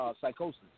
psychosis